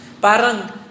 Parang